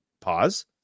Pause